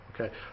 okay